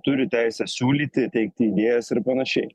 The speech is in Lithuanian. turi teisę siūlyti teikti idėjas ir panašiai